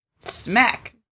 Smack